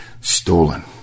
stolen